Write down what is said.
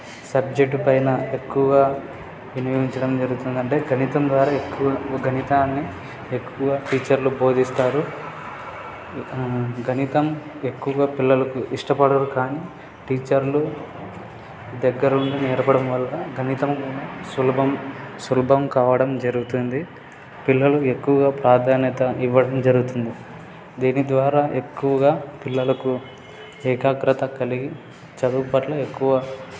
subject పైన ఎక్కువగా వినియోగించడం జరుగుతుంది అంటే గణితం ద్వారా ఎక్కువ గణితాన్ని ఎక్కువగా టీచర్లు బోధిస్తారు గణితం ఎక్కువగా పిల్లలకు ఇష్టపడరు కానీ టీచర్లు దగ్గరుండి నేర్పడం వల్ల గణితం కూడా సులభం సులభం కావడం జరుగుతుంది పిల్లలు ఎక్కువగా ప్రాధాన్యత ఇవ్వడం జరుగుతుంది దీని ద్వారా ఎక్కువగా పిల్లలకు ఏకాగ్రత కలిగి చదువు పట్ల ఎక్కువ